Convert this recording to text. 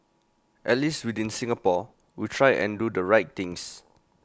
at least within Singapore we try and do the right things